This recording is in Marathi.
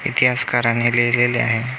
इतिहासकाराने लिहिलेले आहे